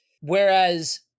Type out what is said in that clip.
Whereas